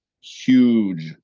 huge